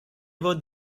votre